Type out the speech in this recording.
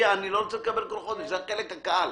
זה החלק הקל.